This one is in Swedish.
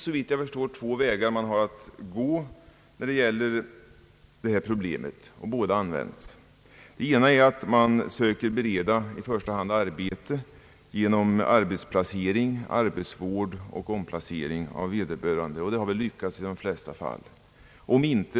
Såvitt jag förstår finns det två vägar att gå när det gäller detta problem, och båda används. I första hand försöker man med arbetsplacering, arbetsvård och omplacering av vederbörande. Detta har i de flesta fall lyckats.